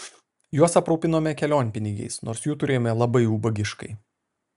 juos aprūpinome kelionpinigiais nors jų turėjome labai ubagiškai